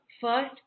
first